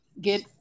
get